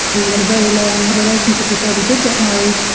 we had a very long relationship before we did get married.